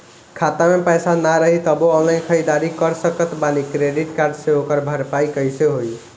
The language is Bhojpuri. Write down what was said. खाता में पैसा ना रही तबों ऑनलाइन ख़रीदारी कर सकत बानी क्रेडिट कार्ड से ओकर भरपाई कइसे होई?